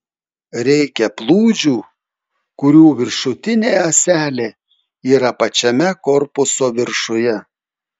reikia plūdžių kurių viršutinė ąselė yra pačiame korpuso viršuje